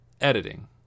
editing